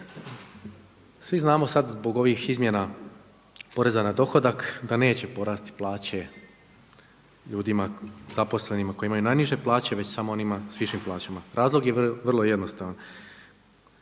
Svi znamo sad zbog ovih izmjena poreza na dohodak da neće porasti plaće ljudima zaposlenima koji imaju najniže plaće već samo onima s višim plaćama. Razlog je vrlo jednostavan.